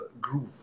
groove